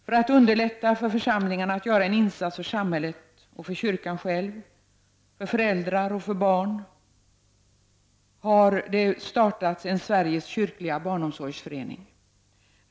För att underlätta för församlingarna att göra en insats för samhället och för kyrkan själv, för föräldrar och för barn har det startats en Sveriges kyrkliga barnomsorgsförening.